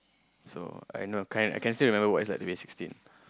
so I know the kind I can still remember what's at the age sixteen